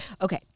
Okay